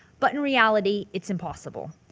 but in reality, it's impossible.